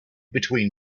between